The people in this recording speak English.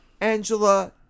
Angela